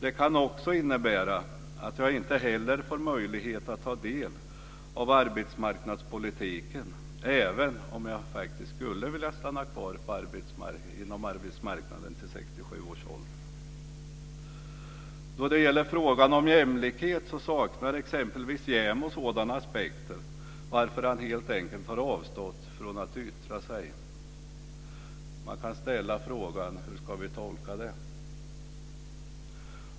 Det kan också innebära att jag inte heller får möjlighet att ta del av arbetsmarknadspolitiken även om jag skulle vilja stanna kvar inom arbetsmarknaden till 67 När det gäller frågan om jämlikhet saknas exempelvis aspekter från JämO. Han har helt enkelt avstått från att yttra sig. Man kan ställa frågan: Hur ska vi tolka det?